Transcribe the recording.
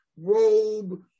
robe